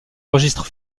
registre